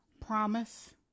promise